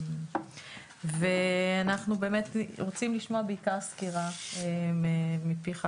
אנחנו רוצים לשמוע סקירה מפיך,